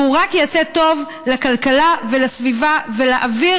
והוא יעשה רק טוב לכלכלה ולסביבה ולאוויר